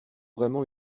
vraiment